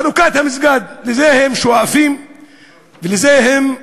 חלוקת המסגד, לזה הם שואפים ולזה הם מתכוונים.